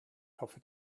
hoffet